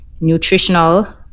nutritional